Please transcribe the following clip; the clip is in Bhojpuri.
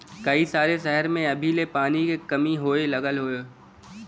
कई सारे सहर में अभी ले पानी के कमी होए लगल हौ